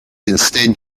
instead